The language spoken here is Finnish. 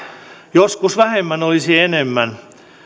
joskus vähemmän olisi enemmän